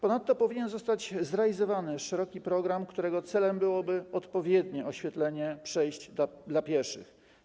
Ponadto powinien zostać zrealizowany szeroki program, którego celem byłoby odpowiednie oświetlenie przejść dla pieszych.